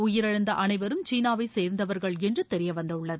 உயிரிழந்த அனைவரும் சீனாவைச் சேர்ந்தவர்கள் என்று தெரியவந்துள்ளது